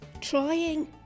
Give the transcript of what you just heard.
trying